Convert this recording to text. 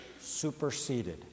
superseded